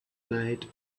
night